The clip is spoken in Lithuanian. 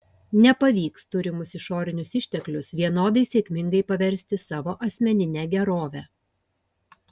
nepavyks turimus išorinius išteklius vienodai sėkmingai paversti savo asmenine gerove